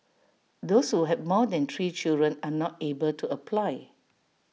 those who have more than three children are not able to apply